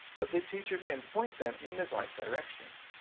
but the teacher can point them in the right direction.